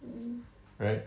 mm